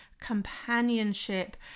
companionship